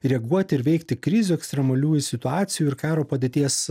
reaguoti ir veikti krizių ekstremaliųjų situacijų ir karo padėties